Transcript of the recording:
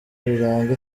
biranga